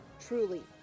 truly